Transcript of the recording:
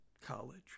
college